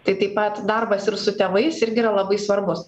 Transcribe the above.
tai taip pat darbas ir su tėvais irgi yra labai svarbus